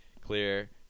clear